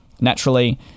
naturally